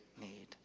need